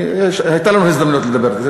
הייתה לנו הזדמנות לדבר על זה.